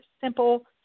simple